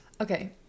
Okay